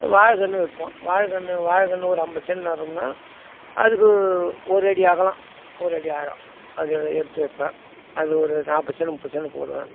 வாழைக்கன்னு வைப்போம் வாழைக்கன்னு வாழைக்கன்னு ஒரு ஐம்பது சென்ட் நடுறம்னா அதுக்கு ஒரு அடி அகலம் ஒரு அடி ஆழம் அதோடு எடுத்து வைப்பேன் அது ஒரு நாற்பது சென்ட் முப்பது சென்டு போடுவேன்